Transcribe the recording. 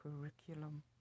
Curriculum